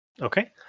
Okay